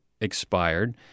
expired